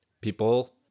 People